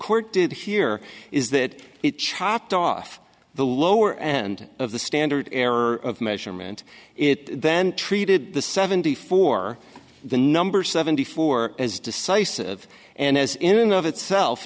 court did here is that it chopped off the lower end of the standard error of measurement it then treated the seventy four the number seventy four as decisive and as in of itself